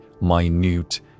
minute